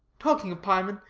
talking of piemen,